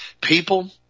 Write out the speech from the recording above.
people